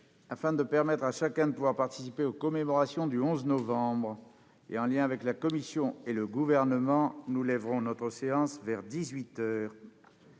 afin de permettre à chacun de participer aux commémorations du 11 novembre, et en accord avec la commission et le Gouvernement, nous lèverons notre séance vers dix-huit heures.